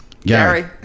Gary